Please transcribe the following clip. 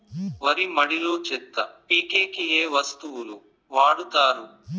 వరి మడిలో చెత్త పీకేకి ఏ వస్తువులు వాడుతారు?